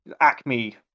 Acme